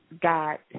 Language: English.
got